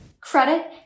credit